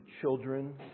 children